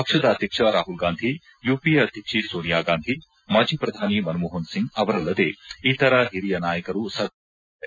ಪಕ್ಷದ ಅಧ್ಯಕ್ಷ ರಾಹುಲ್ಗಾಂಧಿ ಯುಪಿಎ ಅಧ್ಯಕ್ಷ ಸೋನಿಯಾಗಾಂಧಿ ಮಾಜಿ ಪ್ರಧಾನಿ ಮನಮೋಪನ್ಸಿಂಗ್ ಅವರಲ್ಲದೇ ಇತರ ಓಿರಿಯ ನಾಯಕರು ಸಭೆಯಲ್ಲಿ ಉಪಸ್ವಿತರಿದ್ದಾರೆ